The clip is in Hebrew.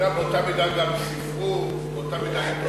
באותה מידה גם ספרות, באותה מידה, יפה,